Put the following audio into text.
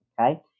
Okay